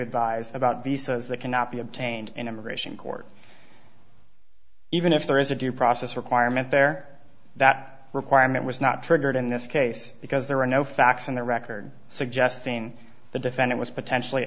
advise about visas that cannot be obtained in immigration court even if there is a due process requirement there that requirement was not triggered in this case because there were no facts in the record suggesting the defendant was potentially